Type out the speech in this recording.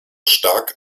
stark